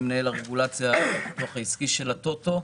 אני מנהל הרגולציה והפיתוח העסקי של הטוטו.